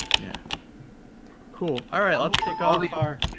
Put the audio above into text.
yeah cool all right let's take all the our